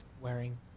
wearing